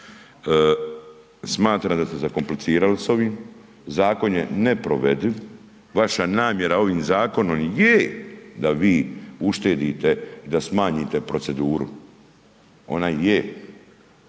smatram da ste zakomplicirali s ovim, zakon je neprovediv, vaša namjera ovim zakonom je da vi uštedite da smanjite proceduru, ona je